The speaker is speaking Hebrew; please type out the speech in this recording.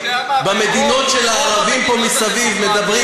במדינות של הערבים פה מסביב.